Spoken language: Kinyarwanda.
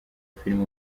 filime